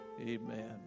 Amen